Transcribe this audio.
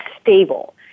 stable